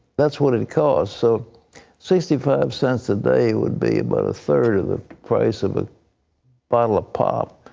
that's what it cost. so sixty five cents a day would be about a third of the price of a bottle of pop.